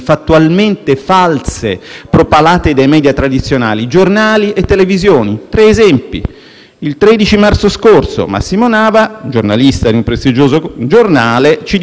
il 13 marzo scorso Massimo Nava, giornalista in un prestigioso giornale, ci diceva che l'Italia è un percettore netto di fondi dell'Unione europea; è un falso,